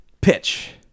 Pitch